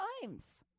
times